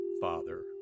Father